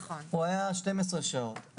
הוא היה 12 שעות.